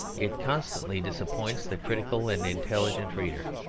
it constantly disappoints the critical and intelligent reader.